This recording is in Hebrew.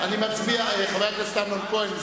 חבר הכנסת אמנון כהן,